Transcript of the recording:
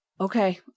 okay